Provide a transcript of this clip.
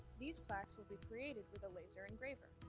these plaques will be created with a laser engraver,